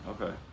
okay